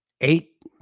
Eight